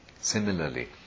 Similarly